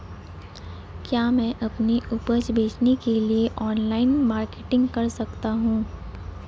क्या मैं अपनी उपज बेचने के लिए ऑनलाइन मार्केटिंग कर सकता हूँ?